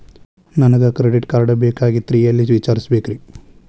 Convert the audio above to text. ನನಗೆ credit card ಬೇಕಾಗಿತ್ರಿ ಎಲ್ಲಿ ವಿಚಾರಿಸಬೇಕ್ರಿ?